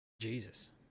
Jesus